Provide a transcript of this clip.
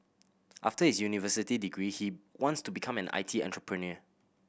after his university degree he wants to become an I T entrepreneur